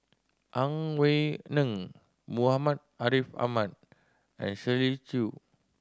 Ang Wei Neng Muhammad Ariff Ahmad and Shirley Chew